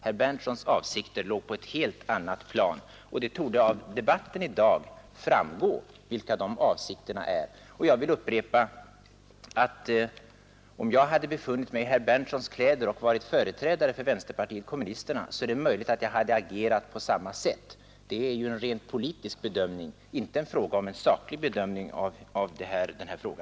Herr Berndtsons avsikter låg på ett helt annat plan, och det torde av debatten i dag framgå vilka de avsikterna är. Jag vill upprepa att om jag hade befunnit mig i herr Berndtsons kläder och varit företrädare för vänsterpartiet kommunisterna, så är det möjligt att jag hade agerat på samma sätt. Det är ju en rent partipolitisk bedömning, inte en saklig bedömning av denna fråga.